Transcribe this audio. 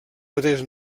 mateix